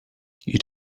you